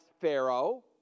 Pharaoh